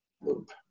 loop